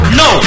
no